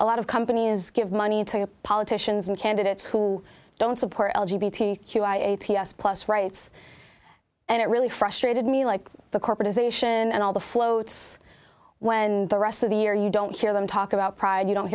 a lot of companies give money to politicians and candidates who don't support q i eighty dollars s plus rights and it really frustrated me like the corporatization and all the floats when the rest of the year you don't hear them talk about pride you don't